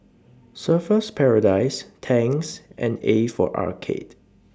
Surfer's Paradise Tangs and A For Arcade